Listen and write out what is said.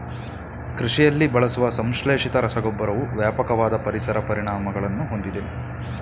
ಕೃಷಿಯಲ್ಲಿ ಬಳಸುವ ಸಂಶ್ಲೇಷಿತ ರಸಗೊಬ್ಬರವು ವ್ಯಾಪಕವಾದ ಪರಿಸರ ಪರಿಣಾಮಗಳನ್ನು ಹೊಂದಿದೆ